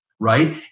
right